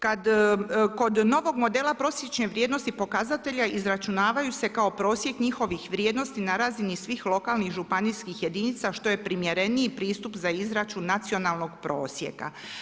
Kod novog modela prosječne vrijednosti pokazatelja izračunavaju se kao prosjek njihovih vrijednosti na razini svih lokalnih županijskih jedinica što je primjereniji pristup za izračun nacionalnog prosjeka.